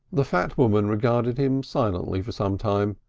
the fat woman regarded him silently for some time.